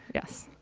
yes.